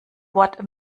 wort